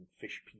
fish